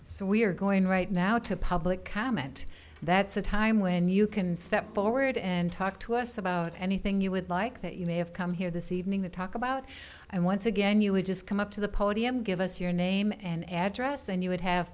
so we're going right now to public comment that's a time when you can step forward and talk to us about anything you would like that you may have come here this evening that talk about i once again you would just come up to the podium give us your name and address and you would have